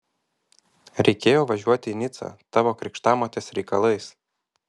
reikėjo važiuoti į nicą tavo krikštamotės reikalais